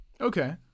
Okay